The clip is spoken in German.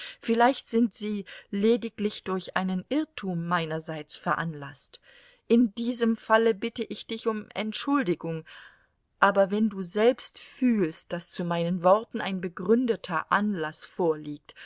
vielleicht sind sie lediglich durch einen irrtum meinerseits veranlaßt in diesem falle bitte ich dich um entschuldigung aber wenn du selbst fühlst daß zu meinen worten ein begründeter anlaß vorliegt